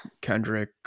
Kendrick